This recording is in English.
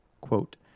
quote